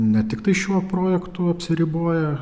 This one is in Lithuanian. ne tiktai šiuo projektu apsiriboja